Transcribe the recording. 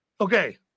okay